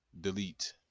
delete